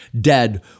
dead